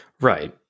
Right